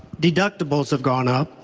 deductibles have gone up,